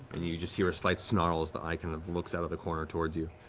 and you just hear a slight snarl as the eye kind of looks out of the corner towards you.